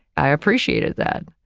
i appreciated that.